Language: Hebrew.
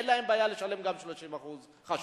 אין להם בעיה לשלם גם 30% יותר על חשמל.